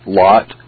lot